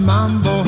Mambo